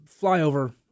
flyover